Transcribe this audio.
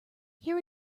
here